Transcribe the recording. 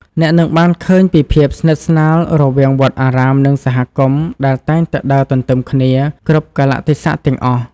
អ្នកនឹងបានឃើញពីភាពស្និទ្ធស្នាលរវាងវត្តអារាម និងសហគមន៍ ដែលតែងតែដើរទន្ទឹមគ្នាគ្រប់កាលៈទេសៈទាំងអស់។